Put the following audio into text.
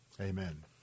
amen